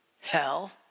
Hell